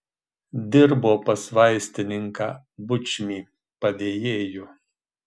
dirbo pas vaistininką bučmį padėjėju